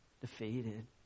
defeated